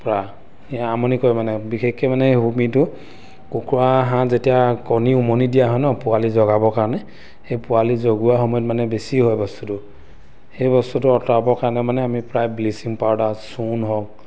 পৰা সেই আমনি মানে বিশেষকৈ মানে হোমিটো কুকুৰা হাঁহ যেতিয়া কণী উমনি দিয়া হয় ন পোৱালি জগাবৰ কাৰণে সেই পোৱালি জগোৱা সময়ত মানে বেছি হয় বস্তুটো সেই বস্তুটো অঁতৰাবৰ কাৰণে মানে আমি প্ৰায় ব্লিচিং পাউদাৰ চূণ হওক